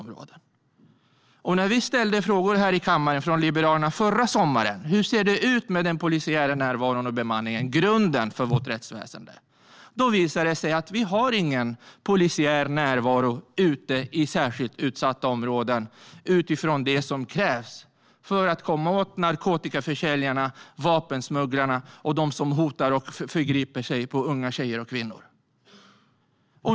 När vi från Liberalerna ställde frågor här i kammaren förra sommaren om hur det ser ut med den polisiära närvaron och bemanningen, grunden för vårt rättsväsen, visade det sig att vi inte har någon polisiär närvaro ute i särskilt utsatta områden utifrån det som krävs för att komma åt narkotikaförsäljarna, vapensmugglarna och de som hotar och förgriper sig på unga tjejer och kvinnor.